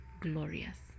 glorious